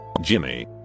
Jimmy